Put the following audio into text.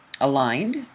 aligned